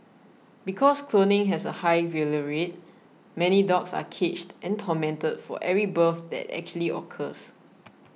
because cloning has a high failure rate many dogs are caged and tormented for every birth that actually occurs